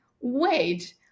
wait